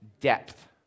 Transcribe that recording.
depth